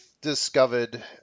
discovered